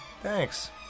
Thanks